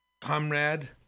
Comrade